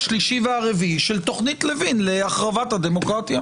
השלישי והרביעי של תוכנית לוין להחרבת הדמוקרטיה.